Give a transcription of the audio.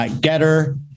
Getter